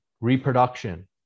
reproduction